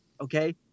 okay